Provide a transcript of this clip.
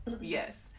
yes